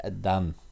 done